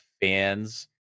fans